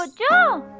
ah go.